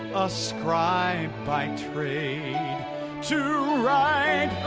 a scribe by trade to write